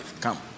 come